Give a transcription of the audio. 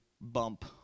bump